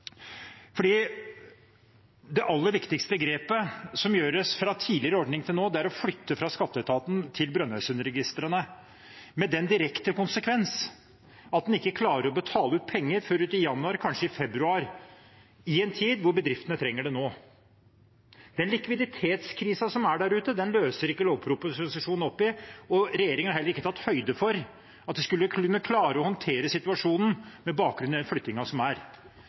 det aller viktigste grepet som gjøres fra tidligere ordning til nå, er å flytte fra skatteetaten til Brønnøysundregistrene, med den direkte konsekvens at en ikke klarer å betale ut penger før uti januar, kanskje i februar, i en tid hvor bedriftene trenger det nå. Den likviditetskrisen som er der ute, løser ikke lovproposisjonen opp i. Regjeringen har heller ikke tatt høyde for at de skulle kunne klare å håndtere situasjonen med bakgrunn i den flyttingen som er.